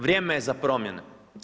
Vrijeme je za promjene.